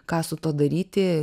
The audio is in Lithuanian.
ką su tuo daryti